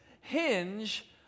hinge